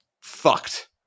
fucked